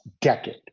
decade